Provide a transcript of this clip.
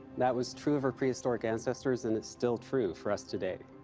that was true of our prehistoric ancestors and it's still true for us today.